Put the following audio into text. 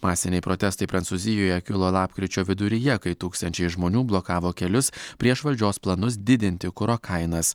masiniai protestai prancūzijoje kilo lapkričio viduryje kai tūkstančiai žmonių blokavo kelius prieš valdžios planus didinti kuro kainas